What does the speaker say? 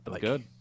good